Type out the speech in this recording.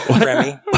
Remy